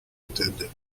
intended